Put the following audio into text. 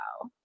wow